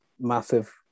massive